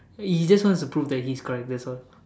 he just wants to prove that he is correct that's all